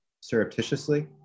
surreptitiously